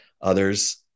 others